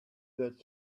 that